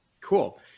cool